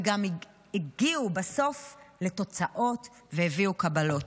וגם הגיעו בסוף לתוצאות והביאו קבלות.